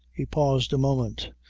he paused a moment,